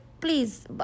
please